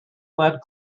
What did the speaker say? led